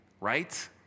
right